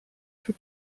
für